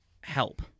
help